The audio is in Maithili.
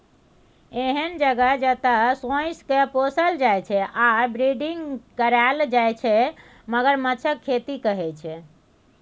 एहन जगह जतय सोंइसकेँ पोसल जाइ छै आ ब्रीडिंग कराएल जाइ छै मगरमच्छक खेती कहय छै